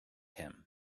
him